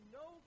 no